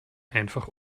einfach